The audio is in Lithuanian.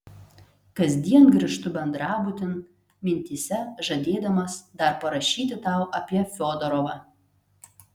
kasdien grįžtu bendrabutin mintyse žadėdamas dar parašyti tau apie fiodorovą